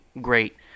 great